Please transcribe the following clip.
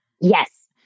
Yes